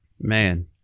Man